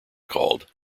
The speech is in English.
called